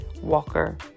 Walker